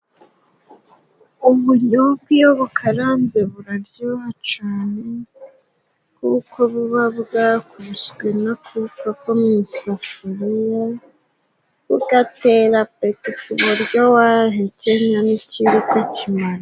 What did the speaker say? Ubunyobwa iyo bukaranze buraryoha cane kuko buba bwakubiswe n'akuka ko mu imusafuriya, bugatera apeti ku buryo wahekenya n'ikiro ukimara.